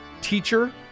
Teacher